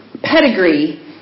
Pedigree